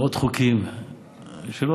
מאות חוקים שלא,